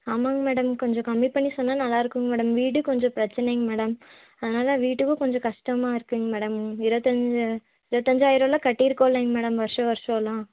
ஆமாங்க மேடம் கொஞ்சம் கம்மி பண்ணி சொன்னால் நல்லாயிருக்குங்க மேடம் வீடு கொஞ்சம் பிரச்சினைங்க மேடம் அதனால் வீட்டுக்கு கொஞ்சம் கஷ்டமா இருக்குதுங்க மேடம் இருபத்தஞ்சி இருபத்தஞ்சாயிரம்லாம் கட்டியிருக்கோம் இல்லைங்க மேடம் வருஷா வருஷால்லாம்